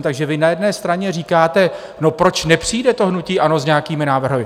Takže vy na jedné straně říkáte: Proč nepřijde hnutí ANO s nějakými návrhy?